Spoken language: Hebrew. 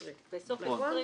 19. נכון.